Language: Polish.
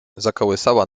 zakołysała